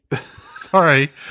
Sorry